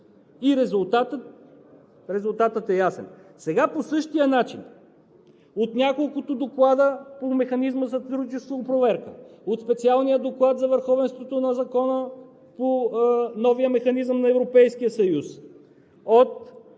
и резултатът е ясен. Сега по същия начин от няколкото доклада по Механизма за сътрудничество и проверка, от специалния доклад за върховенството на закона по новия Механизъм на Европейския съюз,